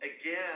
again